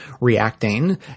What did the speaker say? reacting